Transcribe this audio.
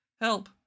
help